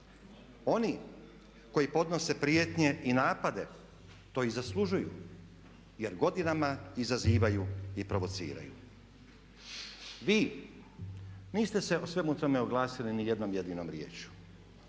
oni koji podnose prijetnje i napade to i zaslužuju jer godinama izazivaju i provociraju. Vi niste se o svemu tome oglasili niti jednom jedinom riječju.